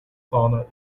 sauna